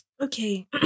Okay